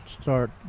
start